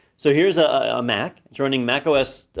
so here's a mac, joining macos,